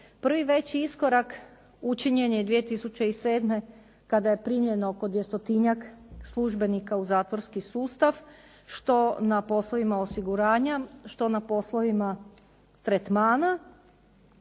Prvi veći iskorak učinjen je 2007. kada je primljeno oko dvjestotinjak službenika u zatvorski sustav što na poslovima osiguranja, što na poslovima tretmana.